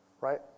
Right